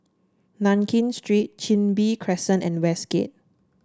Nankin Street Chin Bee Crescent and Westgate